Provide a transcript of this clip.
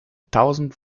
tausend